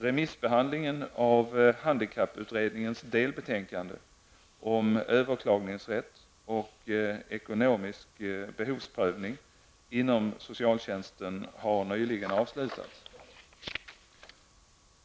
Remissbehandlingen av handikapputredningens delbetänkande om överklagningsrätt och ekonomisk behovsprövning inom socialtjänsten har nyligen avslutats.